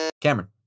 Cameron